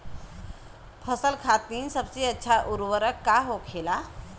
फसल खातीन सबसे अच्छा उर्वरक का होखेला?